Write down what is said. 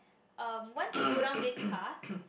um once you go down this path